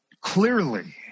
clearly